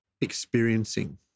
experiencing